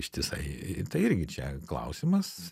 ištisai tai irgi čia klausimas